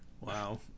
Wow